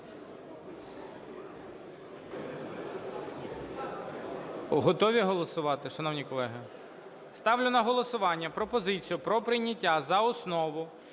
Готові голосувати, шановні колеги? Ставлю на голосування пропозицію про прийняття за основу